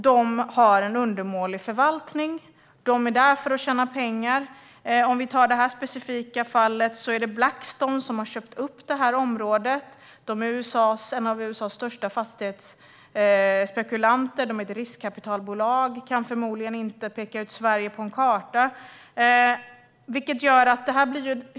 De är där för att tjäna pengar, och de har en undermålig förvaltning. I det här specifika fallet är det Blackstone som har köpt upp området. Det är en av USA:s största fastighetsspekulanter, ett riskkapitalbolag som förmodligen inte kan peka ut Sverige på en karta.